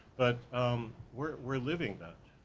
but um we're living that,